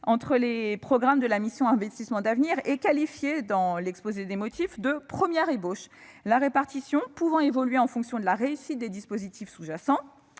entre les programmes de la mission « Investissements d'avenir » est qualifiée de « première ébauche », la répartition pouvant évoluer « en fonction de la réussite des dispositifs sous-jacents